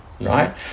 right